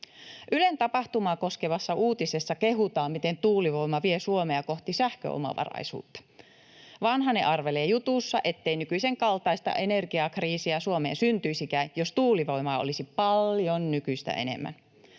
Tapahtumaa koskevassa Ylen uutisessa kehutaan, miten tuulivoima vie Suomea kohti sähköomavaraisuutta. Vanhanen arvelee jutussa, ettei nykyisen kaltaista energiakriisiä Suomeen syntyisikään, jos tuulivoimaa olisi paljon nykyistä enemmän.